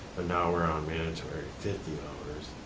but now we're on a mandatory fifty